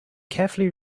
carefully